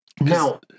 Now